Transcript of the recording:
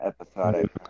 episodic